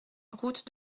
route